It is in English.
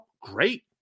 great